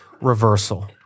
reversal